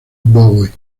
bowie